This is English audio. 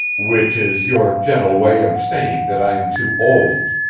which is your gentle way of saying that i am too old.